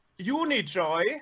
UniJoy